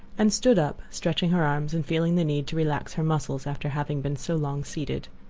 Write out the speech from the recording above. and stood up, stretching her arms, and feeling the need to relax her muscles after having been so long seated.